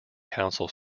council